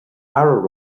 fhearadh